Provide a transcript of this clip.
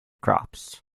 crops